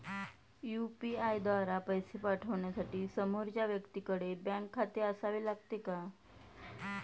UPI द्वारा पैसे पाठवण्यासाठी समोरच्या व्यक्तीकडे बँक खाते असावे लागते का?